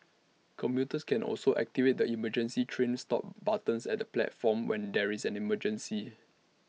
commuters can also activate the emergency train stop buttons at the platforms when there is an emergency